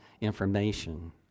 information